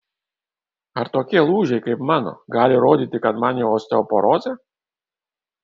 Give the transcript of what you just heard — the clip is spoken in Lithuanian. ar tokie lūžiai kaip mano gali rodyti kad man jau osteoporozė